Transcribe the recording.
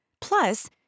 Plus